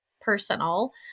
personal